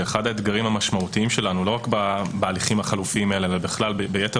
כשאחד האתגרים המשמעותיים שלנו לא רק בהליכים החלופיים אלא בכלל ביתר